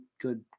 good –